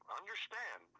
understand